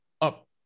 up